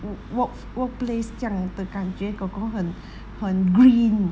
wo~ workplace 这样的感觉 kor kor 很很 green